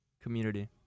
community